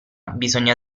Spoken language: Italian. bisogna